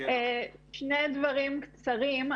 שני דברים קצרים.